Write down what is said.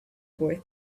boy